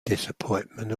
disappointment